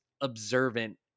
observant